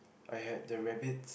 I had the rabbit